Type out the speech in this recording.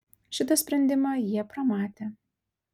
šitą sprendimą jie pramatė